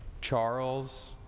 Charles